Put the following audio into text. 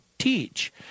teach